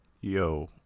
Yo